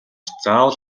заавал